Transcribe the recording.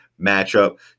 matchup